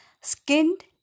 skinned